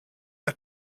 der